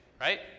Right